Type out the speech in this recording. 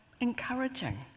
encouraging